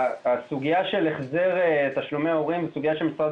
הסוגיה של החזר תשלומי הורים היא סוגיה שמשרד